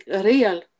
real